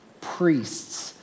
priests